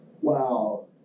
Wow